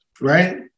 Right